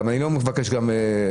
אני לא מבקש גם רטרואקטיבית.